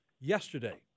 yesterday